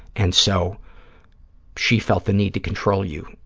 and so she felt the need to control you,